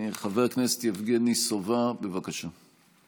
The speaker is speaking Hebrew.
חבר הכנסת יבגני סובה, בבקשה.